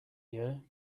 year